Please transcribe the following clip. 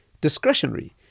discretionary